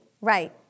Right